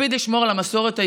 הקפיד לשמור על המסורת היהודית.